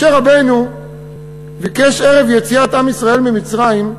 משה רבנו ביקש ערב יציאת עם ישראל ממצרים,